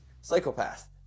Psychopath